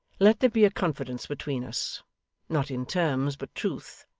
let there be a confidence between us not in terms, but truth.